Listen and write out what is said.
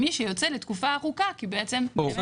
מי שיוצא לתקופה ארוכה --- אני